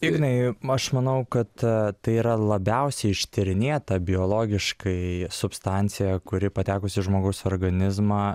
ignai aš manau kad tai yra labiausiai ištyrinėta biologiškai substancija kuri patekusi į žmogaus organizmą